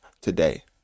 today